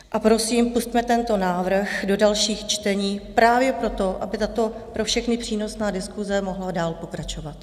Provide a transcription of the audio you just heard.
A prosím, pusťme tento návrh do dalších čtení právě proto, aby tato pro všechny přínosná diskuse mohla dál pokračovat.